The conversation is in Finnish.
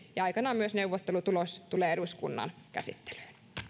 ja aikanaan myös neuvottelutulos tulee eduskunnan käsittelyyn